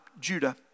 Judah